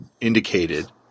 indicated